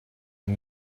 and